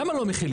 למה לא מחילים?